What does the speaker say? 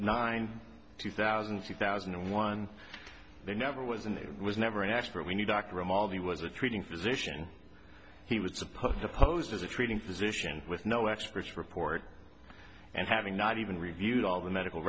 nine two thousand two thousand and one there never was and it was never an expert we need dr amaldi was the treating physician he was supposed to pose as a treating physician with no expert's report and having not even reviewed all the medical